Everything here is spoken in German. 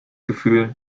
gefühl